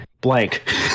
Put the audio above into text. blank